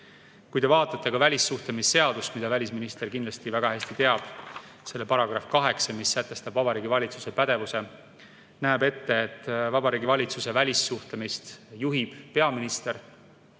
Kui te vaatate ka välissuhtlemisseadust, mida välisminister kindlasti väga hästi teab, siis selle § 8, mis sätestab Vabariigi Valitsuse pädevuse, näeb ette, et Vabariigi Valitsuse välissuhtlemist juhib peaminister